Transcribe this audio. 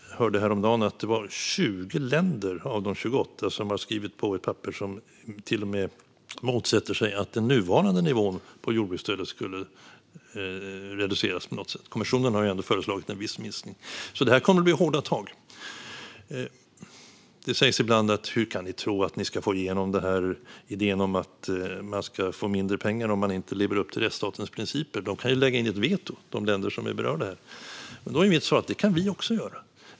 Jag hörde häromdagen att det är 20 länder av de 28 som har skrivit på ett papper där man till och med motsätter sig att den nuvarande nivån på jordbruksstödet på något sätt skulle reduceras. Kommissionen har ju ändå föreslagit en viss minskning. Det kommer alltså att bli hårda tag. Det sägs ibland: Hur kan ni tro att ni ska få igenom idén om att man ska få mindre pengar om man inte lever upp till rättsstatens principer? De länder som är berörda kan ju lägga in ett veto. Då är mitt svar: Det kan vi också göra.